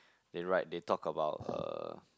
they write they talk about uh